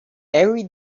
every